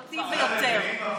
זאת ועוד, זאת ועוד.